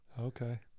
Okay